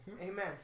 Amen